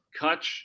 Kutch